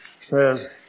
says